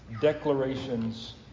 declarations